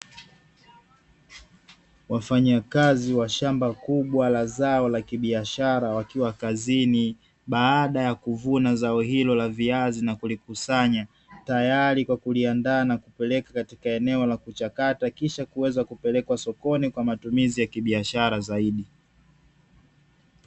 Wafanyakazi wa shamba kubwa wa zao la kibiashara akiwa kazini baada ya kuvuna zao hilo la viazi na kulikusanya, tayari kwa kuliandaa na kupeleka katika eneo la kuchakata, kisha kuweza kupelekwa sokoni kwa matumizi ya kibiashara zaidi.